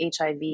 HIV